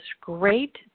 great